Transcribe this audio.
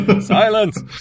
silence